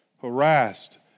harassed